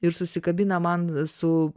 ir susikabina man su